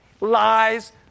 lies